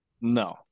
no